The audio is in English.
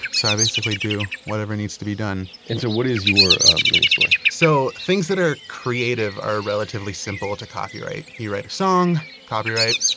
so i basically do whatever needs to be done and so what is your mini-story? so things that are creative are relatively simple to copyright. you write a song, copyright.